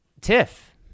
Tiff